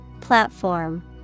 Platform